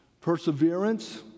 Perseverance